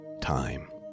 time